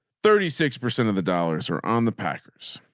thirty six percent of the dollars are on the packers.